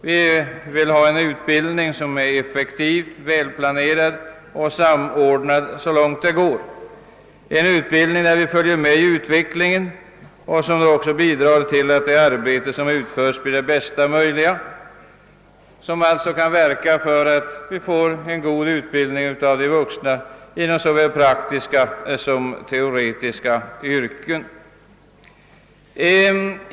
Vi vill ha en utbildning som är effektiv, välplanerad och samordnad så långt det går, en utbildning som följer med utvecklingen så att det arbete som utförs kan bli det bästa möjliga. På det sättet kan vi få en god utbildning äv de vuxna inom såväl praktiska som teoretiska yrken.